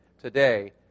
today